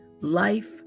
life